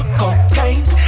cocaine